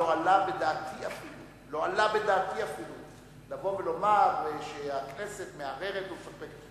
לא עלה בדעתי אפילו לבוא ולומר שהכנסת מערערת ומפקפקת.